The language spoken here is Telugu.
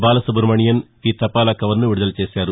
బాల సుబ్రమణియన్ ఈ తపాలా కవర్ను విడుదల చేశారు